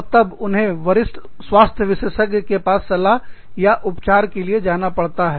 और तब उन्हें वरिष्ठ स्वास्थ्य विशेषज्ञ के पास सलाह या उपचार के लिए जाना पड़ता है